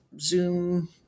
Zoom